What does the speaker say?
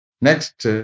next